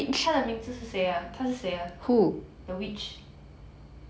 他的名字是谁 ah 他是谁啊 the witch